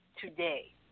today